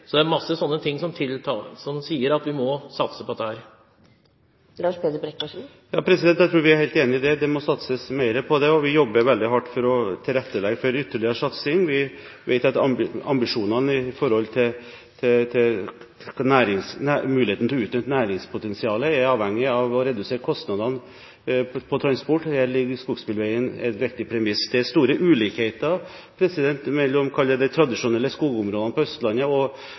Det er mange slike ting som tilsier at vi må satse på dette. Jeg tror vi er helt enig i det: Det må satses mer på det, og vi jobber veldig hardt for å tilrettelegge for ytterligere satsing. Vi vet at ambisjonene når det gjelder muligheten til å utnytte næringspotensialet, er avhengig av å redusere kostnadene på transport. Her legger skogsbilveier et viktig premiss. Det er store ulikheter mellom de tradisjonelle skogområdene på Østlandet og